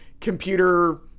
computer